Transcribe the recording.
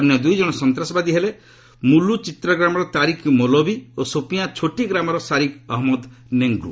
ଅନ୍ୟ ଦୁଇ ଜଣ ସନ୍ତାସବାଦୀ ହେଲେ ମୁଲୁ ଚିତ୍ରଗ୍ରାମର ତାରିକ୍ ମୋଲବୀ ଓ ସୋପିଆଁ ଛୋଟି ଗ୍ରାମର ଶାରିକ୍ ଅହମ୍ମଦ ନେଙ୍ଗୁ